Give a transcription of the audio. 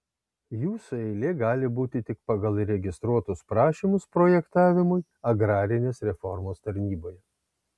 jūsų eilė gali būti tik pagal įregistruotus prašymus projektavimui agrarinės reformos tarnyboje